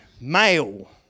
male